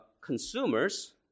consumers